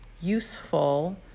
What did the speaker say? useful